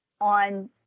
on